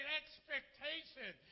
expectation